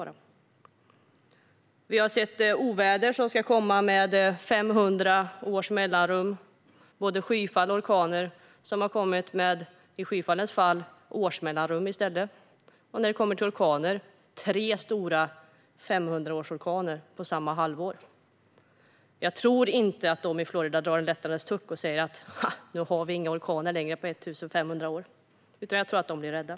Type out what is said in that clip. När det gäller oväder, både skyfall och orkaner, som ska komma med 500 års mellanrum har vi sett skyfall komma med ett års mellanrum och tre stora orkaner på ett och samma halvår. Jag tror inte att folk i Florida drar en lättnadens suck och säger: Ha, nu får vi inga fler orkaner på 1 500 år! Jag tror att de blir rädda.